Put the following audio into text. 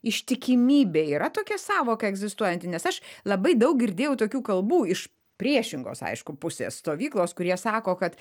ištikimybė yra tokia sąvoka egzistuojanti nes aš labai daug girdėjau tokių kalbų iš priešingos aišku pusės stovyklos kurie sako kad